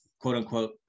quote-unquote